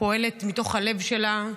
פועלת מתוך הלב שלה: